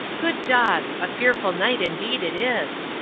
good dog! a fearful night indeed it is.